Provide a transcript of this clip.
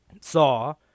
Saw